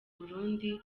burundi